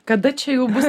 kada čia jau bus